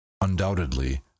Undoubtedly